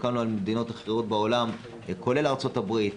הסתכלנו על מדינות אחרות בעולם כולל ארצות הברית,